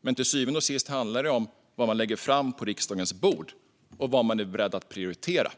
men till syvende och sist handlar det om vad man lägger fram på riksdagens bord och vad man är beredd att prioritera.